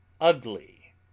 ugly